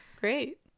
great